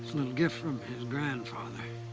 little gift from his grandfather.